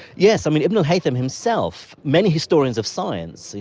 yes, i mean ibn al-haytham himself, many historians of science,